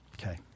Okay